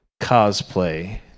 cosplay